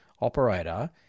operator